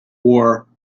war